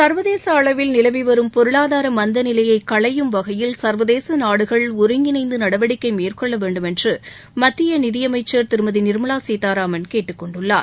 ச்வதேச அளவில் நிலவி வரும் பொருளாதார மந்த நிலையை களையும் வகையில் ச்வதேச நாடுகள் ஒருங்கிணைந்து நடவடிக்கை மேற்கொள்ள வேண்டும் என்று மத்திய நிதியமைச்சர் திருமதி நிாமலா சீதாராமன் கேட்டுக்கொண்டுள்ளார்